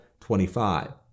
25